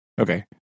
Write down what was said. Okay